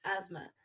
asthma